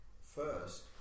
first